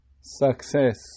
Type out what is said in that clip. success